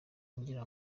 ngira